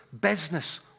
business